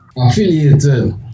Affiliated